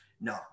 no